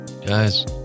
Guys